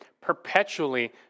perpetually